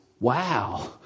Wow